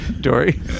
Dory